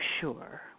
sure